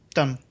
Done